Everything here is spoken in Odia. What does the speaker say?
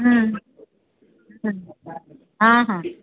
ହୁଁ ହଁ ହଁ